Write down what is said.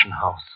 house